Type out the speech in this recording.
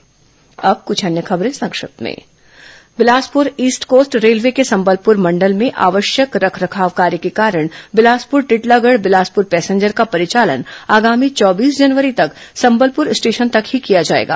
संक्षिप्त समाचार अब कुछ अन्य खबरें संक्षिप्त में बिलासपुर ईस्ट कोस्ट रेलवे के संबलपुर मंडल में आवश्यक रखरखाव कार्य के कारण बिलासपुर टिटलागढ बिलासपुर पैसेंजर का परिचालन आगामी चौबीस जनवरी तक संबलपुर स्टेशन तक ही की जाएगी